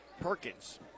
Perkins